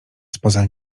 spoza